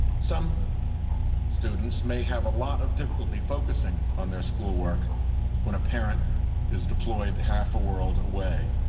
some students may have a lot of difficulty focusing on their school work when a parent is deployed half a world away.